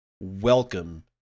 welcome